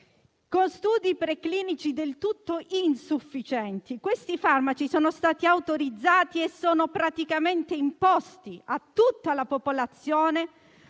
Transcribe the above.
Con studi preclinici del tutto insufficienti, questi farmaci sono stati autorizzati e sono praticamente imposti a tutta la popolazione,